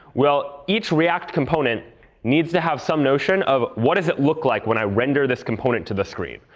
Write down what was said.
well, each react component needs to have some notion of, what does it look like when i render this component to the screen?